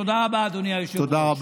תודה רבה, אדוני היושב-ראש.